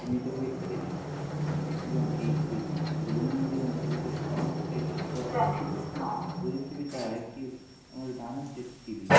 সীমিত হয়েই থেকে যায় এবং এইভাবেই দৈনন্দিন জীবনে শিশুদের অনেকটাই ক্ষতিকর প্রভাব ফেলেছে প্রযুক্তিবিদ্যার আরেকটি আমাদের দান হচ্ছে টিভি